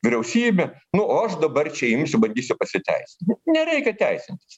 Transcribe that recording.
vyriausybę nu o aš dabar čia imsiu bandysiu pasiteisint nereikia teisintis